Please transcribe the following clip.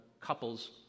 Couples